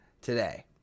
today